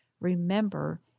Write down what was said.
Remember